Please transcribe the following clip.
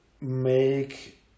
make